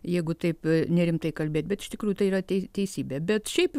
jeigu taip nerimtai kalbėt bet iš tikrųjų tai yra tei teisybė bet šiaip